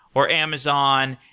or amazon,